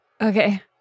Okay